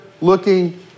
looking